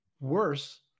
Worse